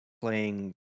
playing